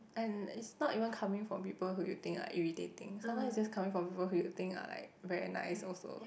and it's not even coming from people who you think are irritating sometimes it's just coming from people who you think are like very nice also